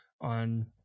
on